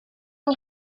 yng